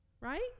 Right